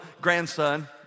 grandson